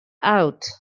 out